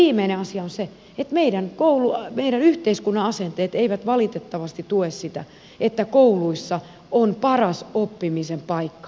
viimeinen asia on se että meidän yhteiskuntamme asenteet eivät valitettavasti tue sitä että kouluissa on paras oppimisen paikka